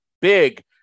big